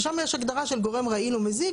ושם יש הגדרה של גורם רעיל או מזיק,